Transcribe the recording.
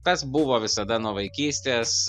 tas buvo visada nuo vaikystės